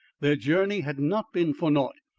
their journey had not been for naught.